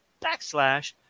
backslash